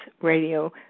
radio